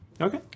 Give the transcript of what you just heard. Okay